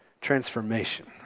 transformation